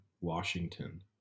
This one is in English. Washington